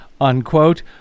unquote